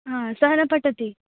हा सः न पठति